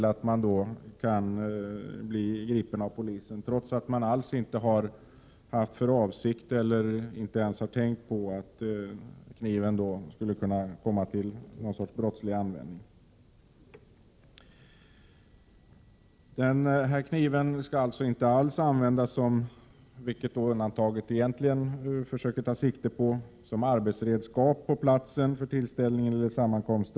Man kan alltså bli gripen trots att man inte har haft någon brottslig avsikt eller ens tänkt på att kniven skulle kunna komma till användning i syfte att begå brott. Regeln om undantag från knivförbud försöker egentligen ta sikte på de fall där knivar används som arbetsredskap på plats för offentlig tillställning eller allmän sammankomst.